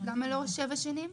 למה לא 7 שנים?